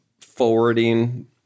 forwarding